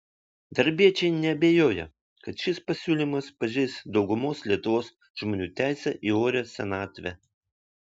darbiečiai neabejoja kad šis pasiūlymas pažeis daugumos lietuvos žmonių teisę į orią senatvę